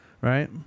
right